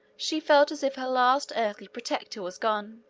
she felt as if her last earthly protector was gone.